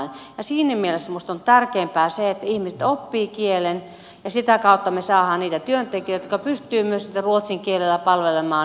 siinä mielessä minusta on tärkeämpää se että ihmiset oppivat kielen ja sitä kautta me saamme niitä työntekijöitä jotka pystyvät myös sitten ruotsin kielellä palvelemaan meidän ruotsinkielistä väestöä